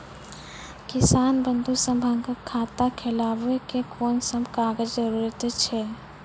किसान बंधु सभहक खाता खोलाबै मे कून सभ कागजक जरूरत छै?